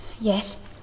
Yes